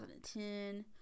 2010